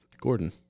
Gordon